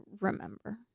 remember